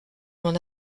m’en